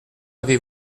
avez